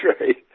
right